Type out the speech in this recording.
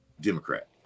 Democrat